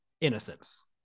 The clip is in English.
innocence